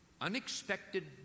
Unexpected